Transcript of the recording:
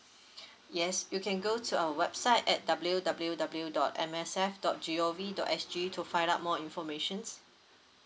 yes you can go to our website at W_W_W dot M S F dot G_O_V dot S_G to find out more information